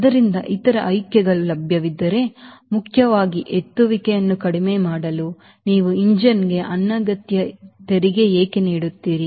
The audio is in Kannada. ಆದ್ದರಿಂದ ಇತರ ಆಯ್ಕೆಗಳು ಲಭ್ಯವಿದ್ದರೆ ಮುಖ್ಯವಾಗಿ ಎತ್ತುವಿಕೆಯನ್ನು ಕಡಿಮೆ ಮಾಡಲು ನೀವು ಎಂಜಿನ್ಗೆ ಅನಗತ್ಯ ತೆರಿಗೆ ಏಕೆ ನೀಡುತ್ತೀರಿ